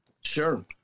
Sure